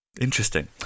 Interesting